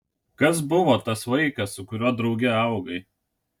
kas buvo tas vaikas su kuriuo drauge augai